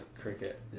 cricket